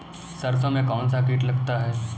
सरसों में कौनसा कीट लगता है?